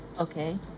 okay